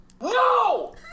No